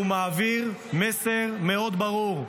הוא מעביר מסר מאוד ברור: